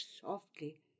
softly